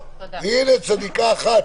הנה צדיקה אחת.